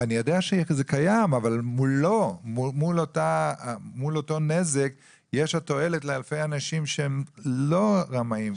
זה קיים אבל מול אותו נזק יש תועלת לאלפי אנשים שאינם רמאים.